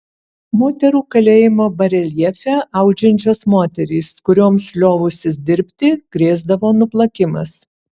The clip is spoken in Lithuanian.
moterų kalėjimo bareljefe audžiančios moterys kurioms liovusis dirbti grėsdavo nuplakimas